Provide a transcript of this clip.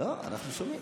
אנחנו שומעים.